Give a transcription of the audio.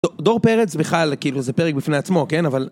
דור פרץ וחל כאילו זה פרק בפני עצמו, כן? אבל...